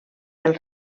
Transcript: del